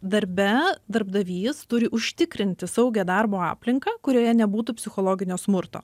darbe darbdavys turi užtikrinti saugią darbo aplinką kurioje nebūtų psichologinio smurto